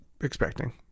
expecting